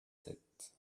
sept